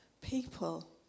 people